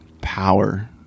power